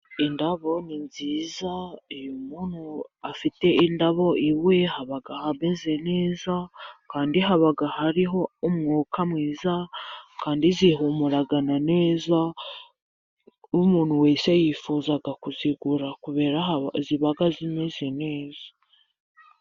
Indabo ni nziza iyo umuntu afite indabo iwe haba hameze neza kandi haba hariho umwuka mwiza kandi zihumura neza. Umuntu wese yifuza kuzigura ziba zimeze neza.